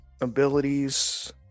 abilities